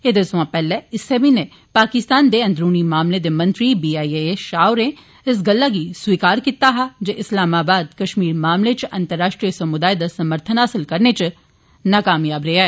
एदे सोयां पेहले इस्सै म्हीने पाकिस्तान दे अंदरुनी मामले दे मंत्री बी आई ए शाह होरें इस गल्ला गी स्वीकार कीता हा जे इस्लामाबाद कश्मीर मामले च अंतर्राष्ट्रीय समुदाय दा समर्थन हासिल करने च नाकामयाब रेआ ऐ